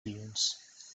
dunes